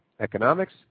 economics